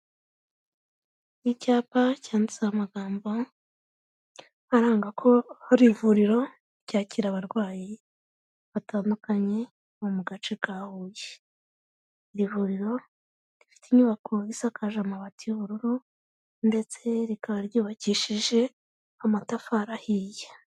Icyapa cyanditseho amagambo, aranga ko hari vuriro ryakira abarwayi batandukanye bo mu gace ka Huye. Iri vuriro rifite inyubako isakaje amabati y'ubururu ndetse rikaba ryubakishije amatafari ahiye.